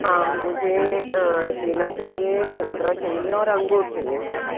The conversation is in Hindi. हाँ मुझे केला चाहिए संतरा चाहिए और अंगूर चाहिए थे